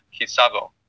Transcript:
Kisavo